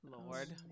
Lord